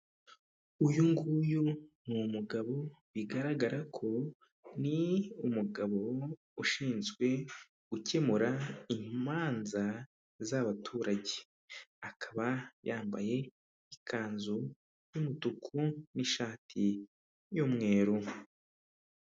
Uyu nguyu ni umugabo bigaragara ko ni umugabo ushinzwe gukemura imanza z'abaturage , akaba yambaye ikanzu y'umutuku n'ishati y'umweru.